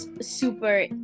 super